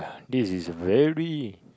this is a very